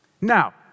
Now